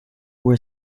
were